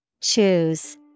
Choose